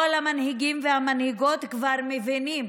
כל המנהיגים והמנהיגות כבר מבינים